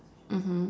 mmhmm